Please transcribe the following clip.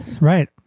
Right